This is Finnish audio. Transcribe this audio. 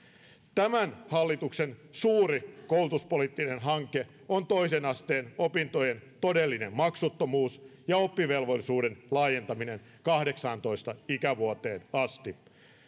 tämän hallituksen suuri koulutuspoliittinen hanke on toisen asteen opintojen todellinen maksuttomuus ja oppivelvollisuuden laajentaminen kahdeksaantoista ikävuoteen asti